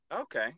Okay